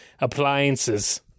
appliances